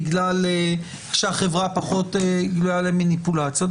בגלל שהחברה פחות חשופה למניפולציות.